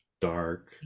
dark